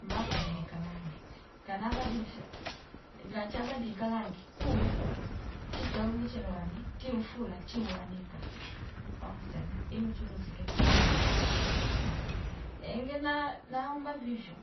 Mabadilika langi kana badilisha ningacha badilika langi kuu tita lumuchele wani chiufula chiuwanika pamuzanya ilu chuluzike manzi, engene na naomba vivyo